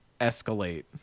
escalate